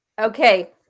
okay